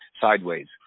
sideways